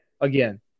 again